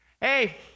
hey